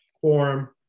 form